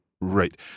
Right